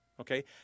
Okay